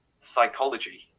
psychology